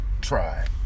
try